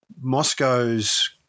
Moscow's